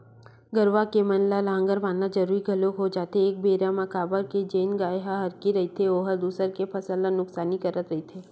गरुवा के म लांहगर बंधाना जरुरी घलोक हो जाथे एक बेरा म काबर के जेन गाय ह हरही रहिथे ओहर दूसर के फसल ल नुकसानी करत रहिथे